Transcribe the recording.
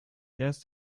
erst